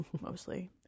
mostly